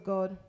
God